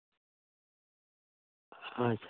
ᱟᱪᱪᱷᱟ